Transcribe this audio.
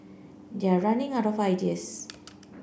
they're running out of ideas